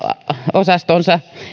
osaston